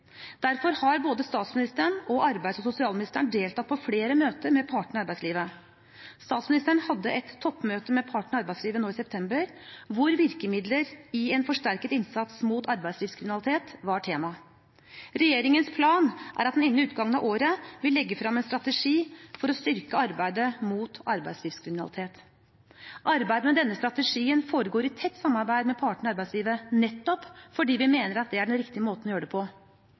Derfor har både statsministeren og arbeids- og sosialministeren deltatt på flere møter med partene i arbeidslivet. Statsministeren hadde et toppmøte med partene i arbeidslivet nå i september, hvor virkemidler i en forsterket innsats mot arbeidslivskriminalitet var temaet. Regjeringens plan er at den innen utgangen av året vil legge frem en strategi for å styrke arbeidet mot arbeidslivskriminalitet. Arbeidet med denne strategien foregår i tett samarbeid med partene i arbeidslivet, nettopp fordi vi mener at det er den riktige måten å gjøre det på.